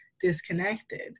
disconnected